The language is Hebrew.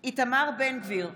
בהצבעה איתמר בן גביר,